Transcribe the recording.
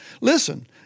Listen